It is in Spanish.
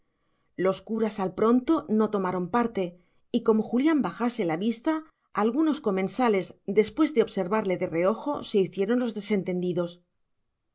los curas al pronto no tomaron parte y como julián bajase la vista algunos comensales después de observarle de reojo se hicieron los desentendidos